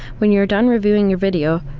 when you're done reviewing your video,